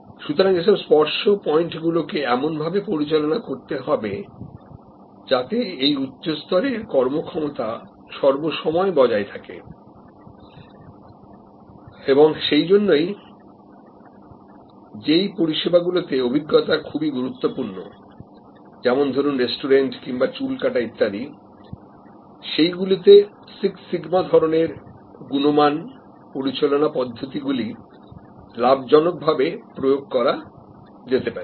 সুতরাং এইসব স্পর্শ পয়েন্ট গুলো কে এমনভাবে পরিচালনা করতে হবে যাতে এই উচ্চস্তরের কর্মক্ষমতা সবসময় বজায় থাকে এবং সেই জন্যই যেই পরিষেবাগুলিতে অভিজ্ঞতা খুবই গুরুত্বপূর্ণ যেমন ধরুন রেস্টুরেন্ট কিংবা চুল কাটা ইত্যাদি সেই গুলিতে সিক্স সিগমা ধরনের গুণমান পরিচালনা পদ্ধতি গুলি লাভজনকভাবে প্রয়োগ করা যেতে পারে